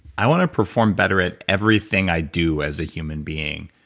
i want to perform better at everything i do as a human being.